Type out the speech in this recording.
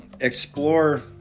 explore